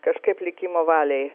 kažkaip likimo valiai